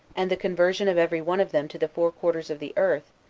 and the conversion of every one of them to the four quarters of the earth,